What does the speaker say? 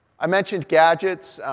i mentioned gadgets.